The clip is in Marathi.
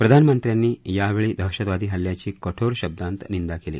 प्रधानमंत्र्यांनी यावेळी दहशतवादी हल्ल्याची कठोर शब्दात निंदा केली